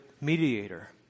mediator